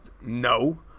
No